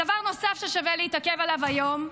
דבר נוסף ששווה להתעכב עליו היום,